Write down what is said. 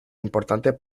importantes